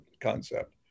concept